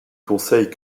conseil